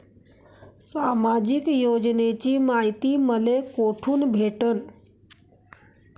सामाजिक योजनेची मायती मले कोठून भेटनं?